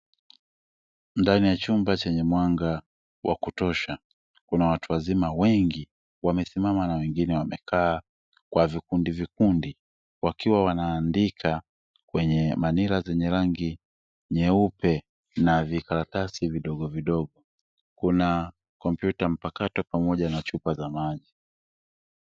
Ndani ya chumba chenye mwanga wa kutosha, kuna watu wazima wengi wamesimama na wengine wamekaa kwa vikundi vikundi wakiwa wanaandika kwenye manila zenye rangi nyeupe na vikaratasi vidogo vidogo. Kuna kompyuta mpakato pamoja na chupa za maji.